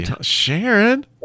Sharon